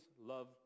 love